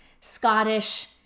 Scottish